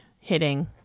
hitting